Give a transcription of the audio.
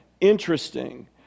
Interesting